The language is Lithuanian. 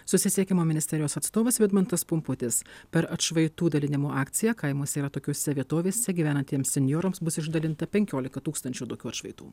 susisiekimo ministerijos atstovas vidmantas pumputis per atšvaitų dalinimo akciją kaimuose ir atokiose vietovėse gyvenantiems senjorams bus išdalinta penkiolika tūkstančių tokių atšvaitų